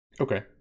Okay